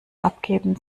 abgeben